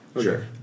Sure